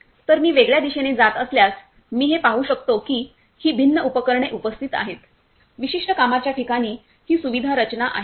तर मी वेगळ्या दिशेने जात असल्यास मी हे पाहू शकतो की ही भिन्न उपकरणे उपस्थित आहेत विशिष्ट कामाच्या ठिकाणी ही सुविधा रचना आहे